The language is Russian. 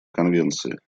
конвенции